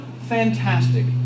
fantastic